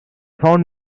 found